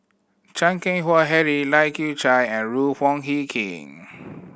Chan Keng Howe Harry Lai Kew Chai and Ruth Hie King